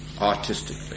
artistically